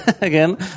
again